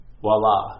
Voila